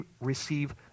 receive